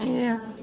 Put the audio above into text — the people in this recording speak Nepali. ए हजुर